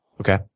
Okay